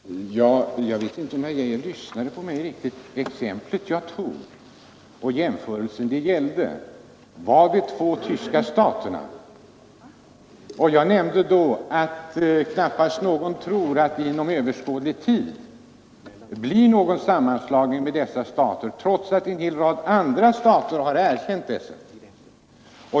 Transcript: Fru talman! Jag vet inte om herr Arne Geijer i Stockholm lyssnade tillräckligt noga på mitt senaste anförande. Jag tog där upp en jämförelse med de två tyska staterna, och jag nämnde att knappast någon tror att det inom överskådlig tid blir en sammanslagning mellan dessa stater, trots att en del andra stater har erkänt dem.